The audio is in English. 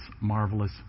marvelous